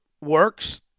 works